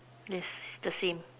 this the same